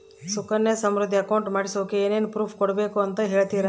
Sukanya Samriddhi account ಮಾಡಿಸೋಕೆ ಏನೇನು proof ಕೊಡಬೇಕು ಅಂತ ಹೇಳ್ತೇರಾ?